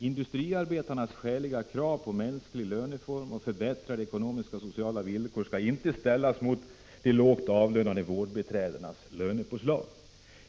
Industriarbetarnas skäliga krav på mänsklig löneform och förbättrade ekonomiska och sociala villkor skall inte ställas mott.ex. lågt avlönade vårdbiträdens lönepåslag.